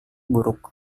buruk